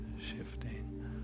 shifting